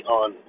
on